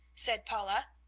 said paula.